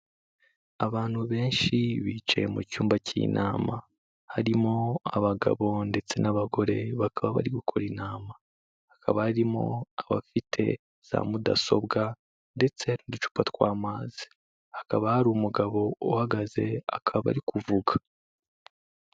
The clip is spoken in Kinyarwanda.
Abantu benshi bicaye mu cyumba cy'inama harimo abagabo ndetse n'abagore, bakaba bari gukora inama. Hakaba harimo abafite za mudasobwa ndetse n'uducupa tw'amazi, hakaba hari umugabo uhagaze akaba ari kuvuga.